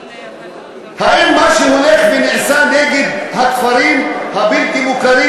האם מה שהולך ונעשה נגד הכפרים הבלתי-מוכרים,